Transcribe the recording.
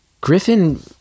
Griffin